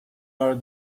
are